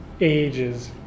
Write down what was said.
ages